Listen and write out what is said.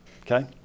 okay